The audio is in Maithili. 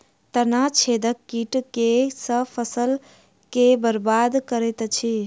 तना छेदक कीट केँ सँ फसल केँ बरबाद करैत अछि?